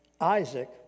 Isaac